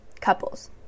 couples